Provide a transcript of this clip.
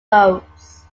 roads